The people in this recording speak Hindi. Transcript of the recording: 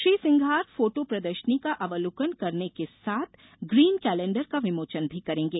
श्री सिंघार फोटो प्रदर्शनी का अवलोकन करने के साथ ग्रीन कैलेंडर का विमोचन भी करेंगे